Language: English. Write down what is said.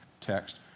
text